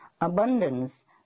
abundance